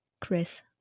chris